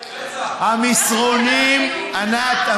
ענת,